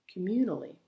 communally